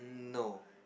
no